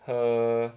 喝